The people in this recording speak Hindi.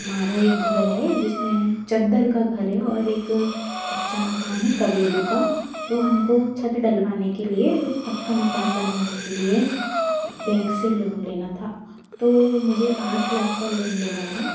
हमारा एक घर है जिस में चद्दर का घर है और एक कच्चा मकान है कवेली का तो हम को छत्त डलवाने के लिए पक्का मकान बनवाने के लिए बेंक से लोन लेना था तो मुझे आठ लाक का लोन लेना था